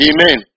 Amen